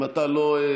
אם אתה לא,